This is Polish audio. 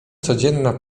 codzienna